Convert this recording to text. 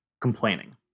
complaining